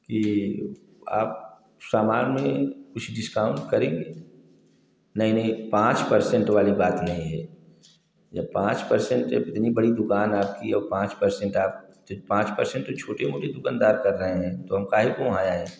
कि आप सामान में कुछ डिस्काउंट करेंगे नहीं नहीं पाँच परसेंट वाली बात नहीं है जब पाँच परसेंट इतनी बड़ी दुकान आपकी और पाँच परसेंट आप पाँच परसेंट तो छोटे मोटे दुकानदार कर रहें हैं तो हम काहे को आया है